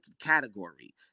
category